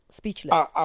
speechless